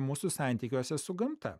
mūsų santykiuose su gamta